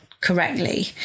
correctly